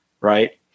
Right